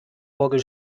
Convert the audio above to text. orgel